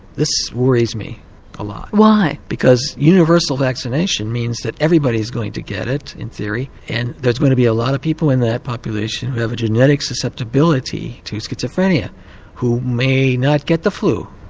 this worries me a lot. why? because universal vaccination means that everybody is going to get it, in theory, and there's going to be a lot of people in that population who have a genetic susceptibility to schizophrenia who may not get the flu.